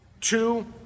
Two